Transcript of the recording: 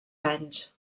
anys